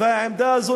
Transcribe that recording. והעמדה הזו